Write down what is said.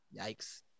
yikes